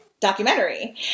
documentary